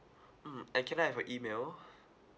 mm and can I have your email